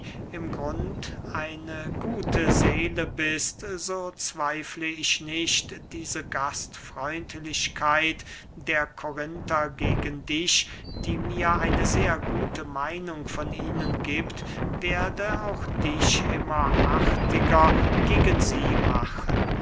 im grund eine gute seele bist so zweifle ich nicht diese gastfreundlichkeit der korinther gegen dich die mir eine sehr gute meinung von ihnen giebt werde auch dich immer artiger gegen sie machen